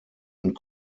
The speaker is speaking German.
und